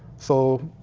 so